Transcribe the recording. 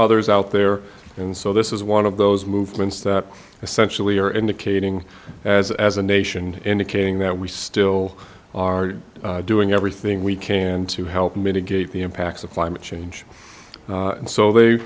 others out there and so this is one of those movements that essentially are indicating as as a nation indicating that we still are doing everything we can to help mitigate the impacts of climate change and so they